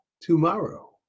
tomorrow